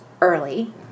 early